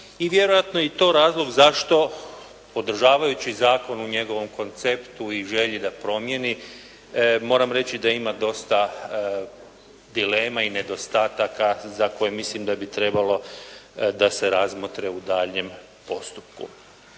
i vjerojatno i to razlog zašto podržavajući zakon u njegovom konceptu i želji da promijeni moram reći da ima dosta dilema i nedostataka za koje mislim da bi trebalo da se razmotre u daljnjem postupku.